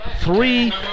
three